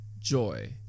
joy